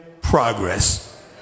progress